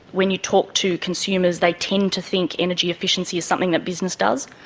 when you talk to consumers, they tend to think energy efficiency is something that business does,